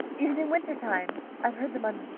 even in winter-time i've heard them under